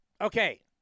Okay